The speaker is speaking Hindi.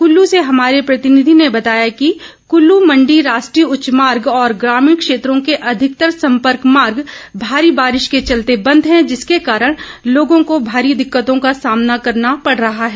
कुल्लू से हमारे प्रतिनिधि ने बताया कि कल्लू मंडी राष्ट्रीय उच्च मार्ग और ग्रामीण क्षेत्रो के अधिकतर सम्पर्क मार्ग भारी बारिश के चलते बंद है जिसके कारण लोगों को भारी दिक्कतों का सामना करना पड़ रहा है